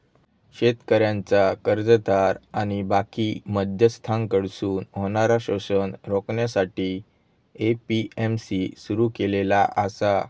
शेतकऱ्यांचा कर्जदार आणि बाकी मध्यस्थांकडसून होणारा शोषण रोखण्यासाठी ए.पी.एम.सी सुरू केलेला आसा